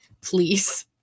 Please